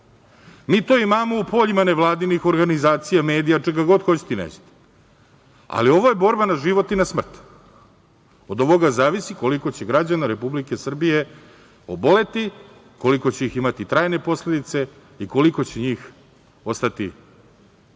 mi to imamo u poljima nevladinih organizacija, medija, čega god hoćete ili nećete. Ali, ovo je borba na život i na smrt. Od ovoga zavisi koliko će građana Republike Srbije oboleti, koliko će ih imati trajne posledice, i koliko će njih ostati bez